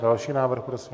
Další návrh, prosím.